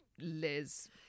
Liz